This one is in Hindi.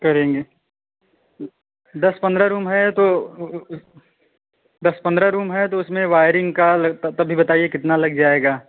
करेंगे दस पंद्रह रूम हैं तो दस पंद्रह रूम हैं तो उसमें वायरिंग का अब यह भी बताईए कितना लग जाएगा